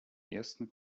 ersten